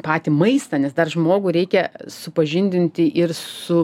patį maistą nes dar žmogų reikia supažindinti ir su